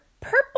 purple